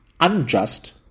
unjust